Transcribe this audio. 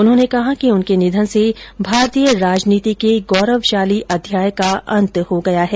उन्होंने कहा कि उनके निधन से भारतीय राजनीति के गौरवशाली अध्याय का अंत हो गया है